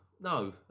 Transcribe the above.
no